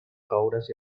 roures